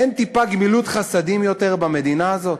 אין טיפת גמילות חסדים עוד במדינה הזאת?